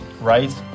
Right